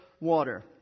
water